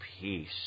peace